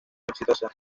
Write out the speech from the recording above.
exitosa